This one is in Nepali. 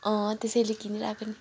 अँ त्यसैले किनिरहेको नि